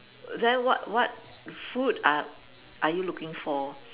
then what what food are are you looking for